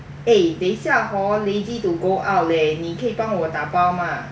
eh 等一下 hor lazy to go out leh 你可以帮我打包吗